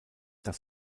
das